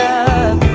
up